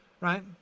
right